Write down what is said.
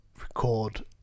record